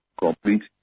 complete